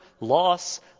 loss